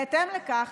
בהתאם לכך,